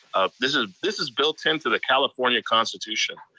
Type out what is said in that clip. this is this is built-in to the california constitution.